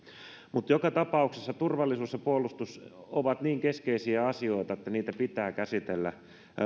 mutta joka tapauksessa turvallisuus ja puolustus ovat niin keskeisiä asioita että niitä pitää käsitellä